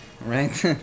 right